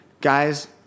guys